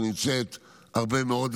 שנמצאת הרבה מאוד,